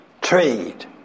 trade